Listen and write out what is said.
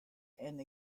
and